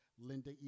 Linda